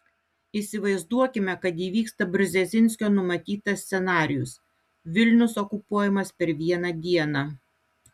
įsivaizduokime kad įvyksta brzezinskio numatytas scenarijus vilnius okupuojamas per vieną dieną